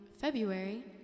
February